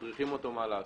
מדריכים אותו מה לעשות.